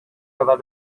kadar